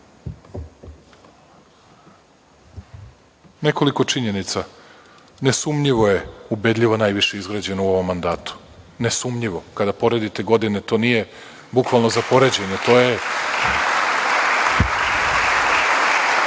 nekoliko činjenica. Nesumnjivo je ubedljivo najviše izgrađeno u ovom mandatu, nesumnjivo. Kada poredite godine, to nije bukvalno za poređenje, to je